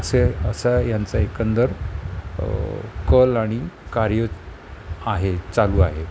असे असा यांचा एकंदर कल आणि कार्य आहे चालू आहे